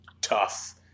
tough